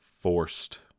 forced